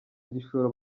igishoro